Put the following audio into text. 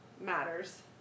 matters